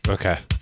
Okay